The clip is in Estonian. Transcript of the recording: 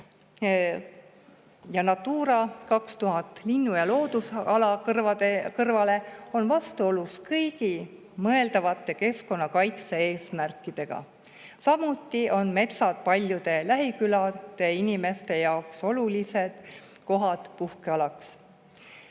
Natura 2000 linnu‑ ja loodusala kõrval on vastuolus kõigi mõeldavate keskkonnakaitse eesmärkidega. Samuti on metsad paljude lähikülade inimeste jaoks olulised puhkekohad.